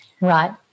Right